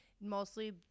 mostly